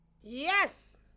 Yes